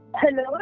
Hello